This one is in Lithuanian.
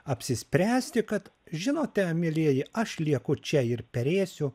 apsispręsti kad žinote mielieji aš lieku čia ir perėsiu